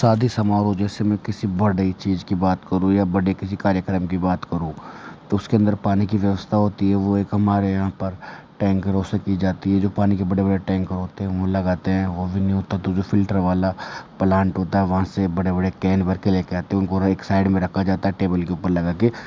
शादी समारोह जैसे मैं किसी बड़े किसी चीज़ की बात करूँ या बड़े किसी कार्यक्रम की बात करूँ तो उसके अंदर पानी की व्यवस्था होती है वो एक हमारे यहाँ पर टैंकरों से की जाती है जो पानी के बड़े बड़े टेंकर होते हैं वो लगाते हैं वो भी नहीं होता तो जो फ़िल्टर वाला प्लांट होता है से वहाँ बड़े बड़े कैन भर के लेकर आते हैं उनको र एक साइड में रखा जाता है टेबल के ऊपर लगा के